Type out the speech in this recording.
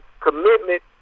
commitment